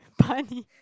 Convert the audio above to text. punny